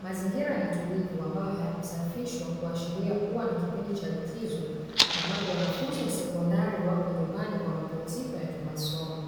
mazingira ni tulivu ambayo hayakusafishwa, kuashiria kuwa ni kipindi cha likizo ambapo wanafunzi wa sekondari wako nyumbani kwa mapumziko ya kimasomo.